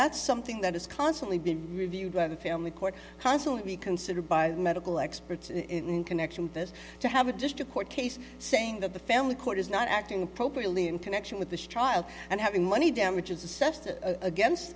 that's something that is constantly being reviewed by the family court consul be considered by medical experts in connection with this to have a district court case saying that the family court is not acting appropriately in connection with this child and having money damages assessed a against